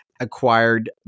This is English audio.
acquired